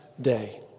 day